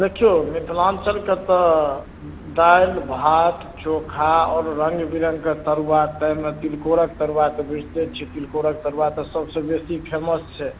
दखियौ मिथिलाञ्चलके तऽ दालि भात चोखा आओर रङ्ग बिरङ्ग के तरुआ ताहि मे तिलकोरक तरुआ तऽ बुझिते छियै तिलकोरक तरुआ तऽ सभसँ बेसी फेमस छै